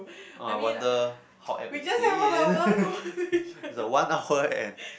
oh I wonder how everybody is is a one hour and